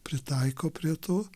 pritaiko prie to